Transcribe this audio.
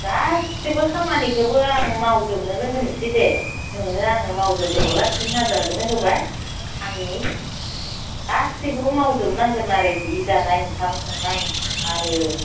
गासिबो खामानिखोबो आं मावजोबनोनो होनोसैदे नोंनो आङो मावो बालाय तिन हाजारखोनो होबाय आंनि गासैखोबो मावजोबनो नांगोन आरो हि दानाय ओंखाम संनाय आरो